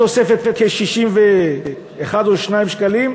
תוספת של 61 או 62 שקלים?